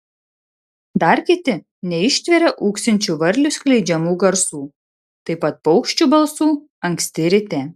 dar kiti neištveria ūksinčių varlių skleidžiamų garsų taip pat paukščių balsų anksti ryte